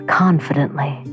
confidently